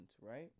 right